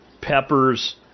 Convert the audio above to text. peppers